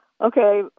Okay